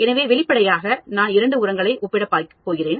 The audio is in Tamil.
எனவே வெளிப்படையாக நான் இரண்டு உரங்களை ஒப்பிடப் போகிறேன்